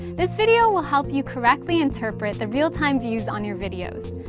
this video will help you correctly interpret the real-time views on your videos.